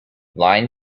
line